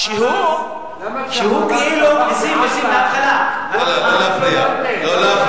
למה ה"חמאס" לא להפריע.